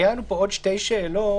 היו לנו עוד שתי שאלות.